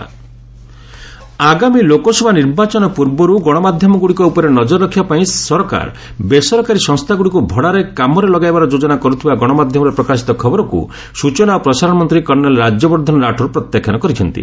Rathore media report ଆଗାମୀ ଲୋକସଭା ନିର୍ବାଚନ ପୂର୍ବରୁ ଗଣମାଧ୍ୟମଗୁଡ଼ିକ ଉପରେ ନଜର ରଖିବା ପାଇଁ ସରକାର ବେସରକାରୀ ସଂସ୍ଥାଗୁଡ଼ିକୁ ଭଡ଼ାରେ କାମରେ ଲଗାଇବାର ଯୋଜନା କରୁଥିବା ଗଣମାଧ୍ୟମରେ ପ୍ରକାଶିତ ଖବରକୁ ସ୍କଚନା ଓ ପ୍ରସାରଣ ମନ୍ତ୍ରୀ କର୍ଷ୍ଣେଲ ରାଜ୍ୟବର୍ଦ୍ଧନ ରାଠୋର ପ୍ରତ୍ୟାଖାନ କରିଛନ୍ତି